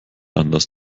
anders